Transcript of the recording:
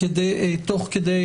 תוך כדי